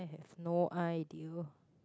i have no idea